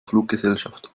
fluggesellschaft